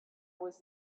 was